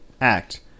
act